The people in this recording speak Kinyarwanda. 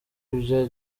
ibya